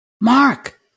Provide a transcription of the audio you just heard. Mark